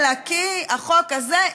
אלא כי החוק הזה,